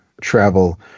travel